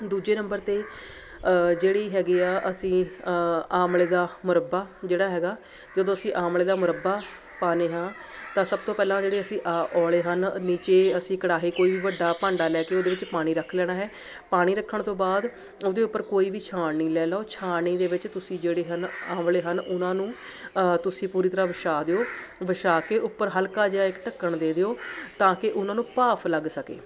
ਦੂਜੇ ਨੰਬਰ 'ਤੇ ਜਿਹੜੀ ਹੈਗੀ ਆ ਅਸੀਂ ਆਮਲੇ ਦਾ ਮੁਰੱਬਾ ਜਿਹੜਾ ਹੈਗਾ ਜਦੋਂ ਅਸੀਂ ਆਮਲੇ ਦਾ ਮੁਰੱਬਾ ਪਾਉਂਦੇ ਹਾਂ ਤਾਂ ਸਭ ਤੋਂ ਪਹਿਲਾਂ ਜਿਹੜੇ ਅਸੀਂ ਅ ਔਲੇ ਹਨ ਨੀਚੇ ਅਸੀਂ ਕੜਾਹੇ ਕੋਈ ਵੀ ਵੱਡਾ ਭਾਂਡਾ ਲੈ ਕੇ ਉਹਦੇ ਵਿੱਚ ਪਾਣੀ ਰੱਖ ਲੈਣਾ ਹੈ ਪਾਣੀ ਰੱਖਣ ਤੋਂ ਬਾਅਦ ਉਹਦੇ ਉੱਪਰ ਕੋਈ ਵੀ ਛਾਣਨੀ ਲੈ ਲਓ ਛਾਣਨੀ ਦੇ ਵਿੱਚ ਤੁਸੀਂ ਜਿਹੜੇ ਹਨ ਆਮਲੇ ਹਨ ਉਹਨਾਂ ਨੂੰ ਤੁਸੀਂ ਪੂਰੀ ਤਰ੍ਹਾਂ ਵਿਛਾ ਦਿਓ ਵਿਛਾ ਕੇ ਉੱਪਰ ਹਲਕਾ ਜਿਹਾ ਇੱਕ ਢੱਕਣ ਦੇ ਦਿਓ ਤਾਂ ਕਿ ਉਹਨਾਂ ਨੂੰ ਭਾਫ ਲੱਗ ਸਕੇ